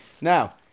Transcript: now